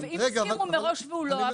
ואם הסכימו מראש והוא לא עבד?